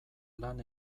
lan